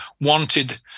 wanted